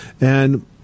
And-